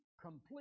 complete